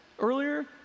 Earlier